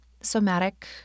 somatic